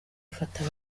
ifata